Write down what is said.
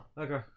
Okay